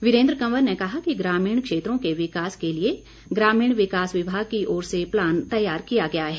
वीरेन्द्र कंवर ने कहा कि ग्रामीण क्षेत्रों के विकास के लिए ग्रामीण विकास विभाग की ओर से प्लान तैयार किया गया है